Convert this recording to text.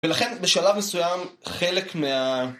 ולכן בשלב מסוים חלק מה...